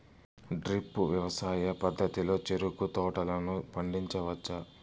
drip వ్యవసాయ పద్ధతిలో చెరుకు తోటలను పండించవచ్చా